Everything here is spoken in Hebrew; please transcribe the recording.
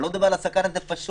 אני לא מדבר על סכנת הנפשות,